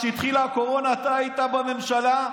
כשהתחילה הקורונה אתה היית בממשלה,